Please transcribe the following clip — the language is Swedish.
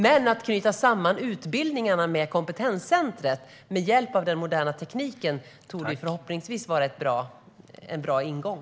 Men att knyta samman utbildningarna med kompetenscentret med hjälp av den moderna tekniken torde vara en bra ingång.